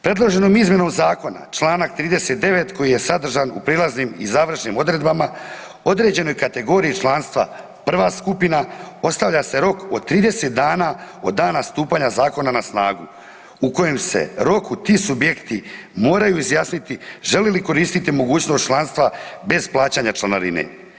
Predloženom izmjenom Zakona članak 39. koji je sadržan u prijelaznim i završnim odredbama određenoj kategoriji članstva 1. skupina ostavlja se rok od 30 dana od dana stupanja zakona na snagu u kojem se roku ti subjekti moraju izjasniti žele li koristiti mogućnost članstva bez plaćanja članarine.